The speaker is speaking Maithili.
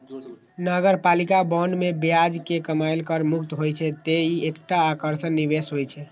नगरपालिका बांड मे ब्याज के कमाइ कर मुक्त होइ छै, तें ई एकटा आकर्षक निवेश होइ छै